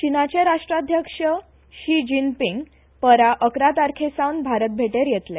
चिनाचे राष्ट्राध्यक्ष Xi Jinping परां इकरा तारखे सावन भारत भेटेर येतले